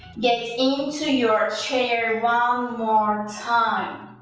get into your chair one more time,